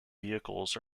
vehicles